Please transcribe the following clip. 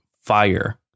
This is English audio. fire